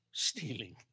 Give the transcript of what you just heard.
stealing